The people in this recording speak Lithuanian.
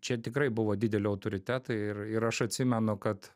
čia tikrai buvo dideli autoritetai ir ir aš atsimenu kad